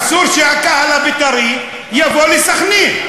אסור שהקהל הבית"רי יבוא לסח'נין.